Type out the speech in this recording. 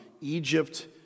Egypt